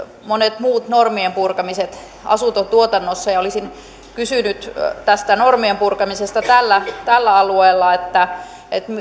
monet muut normien purkamiset asuntotuotannossa olisin kysynyt tästä normien purkamisesta tällä tällä alueella että